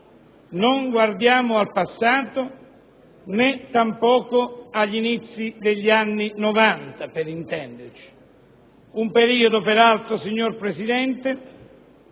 Non guardiamo al passato, né tampoco agli inizi degli anni '90 per intenderci, un periodo, peraltro, signor Presidente,